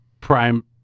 Prime